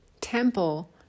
temple